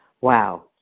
Wow